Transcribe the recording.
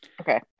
okay